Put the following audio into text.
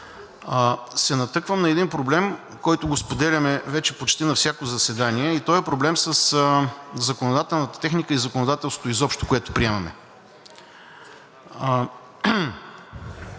се натъквам на един проблем, който го споделяме вече почти на всяко заседание и той е проблем със законодателната техника и законодателството изобщо, което приемаме.